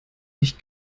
mich